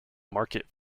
market